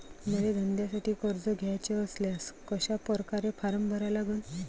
मले धंद्यासाठी कर्ज घ्याचे असल्यास कशा परकारे फारम भरा लागन?